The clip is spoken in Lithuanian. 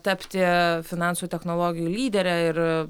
tapti finansų technologijų lydere ir